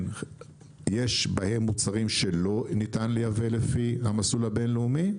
יש בהם מוצרים שלא ניתן לייבא לפי המסלול הבינלאומי,